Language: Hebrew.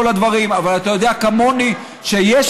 אדוני השר,